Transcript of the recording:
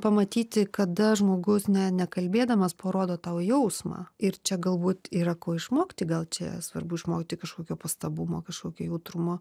pamatyti kada žmogus ne nekalbėdamas parodo tau jausmą ir čia galbūt yra ko išmokti gal čia svarbu išmokti kažkokio pastabumo kažkokio jautrumo